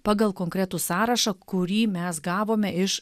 pagal konkretų sąrašą kurį mes gavome iš